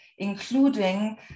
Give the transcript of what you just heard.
including